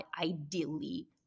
ideally